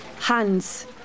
Hands